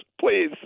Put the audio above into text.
please